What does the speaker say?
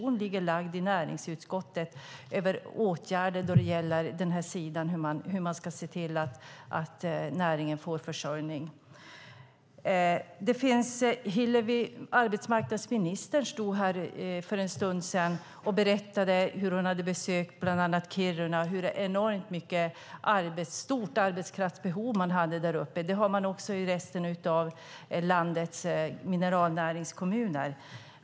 Det finns inte något förslag i näringsutskottet på åtgärder för hur man ska se till att näringen får försörjning. Arbetsmarknadsministern stod här för en stund sedan och berättade att hon hade besökt bland annat Kiruna. Hon talade om det enormt stora arbetskraftsbehov man har där uppe. Det har man också i resten av landets mineralnäringskommuner.